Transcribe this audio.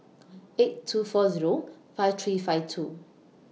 eight two four Zero five three five two